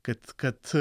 kad kad